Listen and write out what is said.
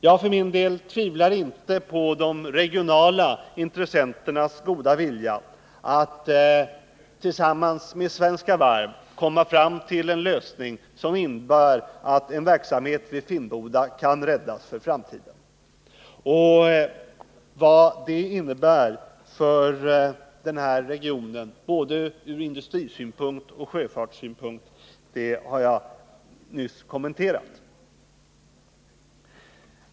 Jag för min del tvivlar inte på de regionala intressenternas goda vilja att tillsammans med Svenska Varv komma fram till en lösning, som innebär att en verksamhet vid Finnboda kan räddas för framtiden. Vad det innebär för denna region både från industrisynpunkt och från sjöfartssynpunkt har jag nyss kommenterat.